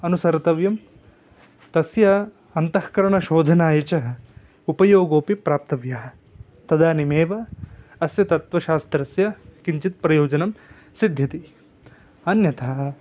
अनुसर्तव्यं तस्य अन्तःकरणशोधनाय च उपयोगोपि प्राप्तव्यः तदानीमेव अस्य तत्वशास्त्रस्य किञ्चित् प्रयोजनं सिध्यति अन्यथा